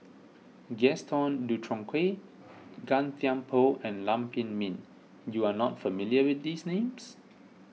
Gaston Dutronquoy Gan Thiam Poh and Lam Pin Min you are not familiar with these names